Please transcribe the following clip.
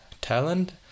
talent